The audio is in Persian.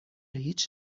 هیچ